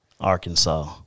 Arkansas